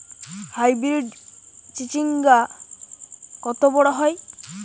Hybrid চিচিংঙ্গা কত বড় হয়?